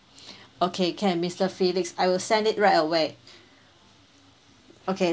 okay can mister felix I will send it right away okay